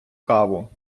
каву